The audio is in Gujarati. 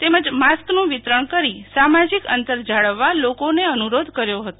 તેમજ માસ્કન વિતરણ કરી સામાજીક અંતર જાળવવા લોકોને અનુરોધ કર્યો હતો